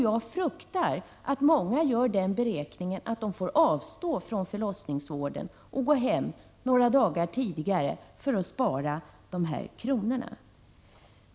Jag fruktar att många gör den beräkningen att de får avstå från förlossningsvården och åka hem några dagar tidigare för att spara de kronorna.